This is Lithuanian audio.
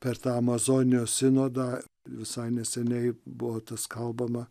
per tą amazonijos sinodą visai neseniai buvo tas kalbama